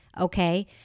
Okay